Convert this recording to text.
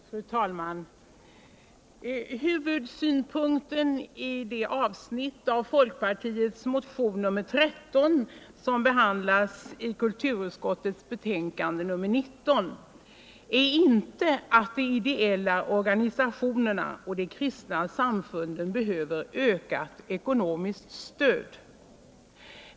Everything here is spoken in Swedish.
Fru talman! Huvudsynpunkten i det avsnitt av folkpartiets motion nr 13, som behandlas i kulturutskottets betänkande nr 19, är inte att de ideella organisationerna och de kristna samfunden behöver ökat ekonomiskt stöd.